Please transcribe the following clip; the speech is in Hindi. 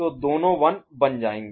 तो दोनों 1 बन जाएंगे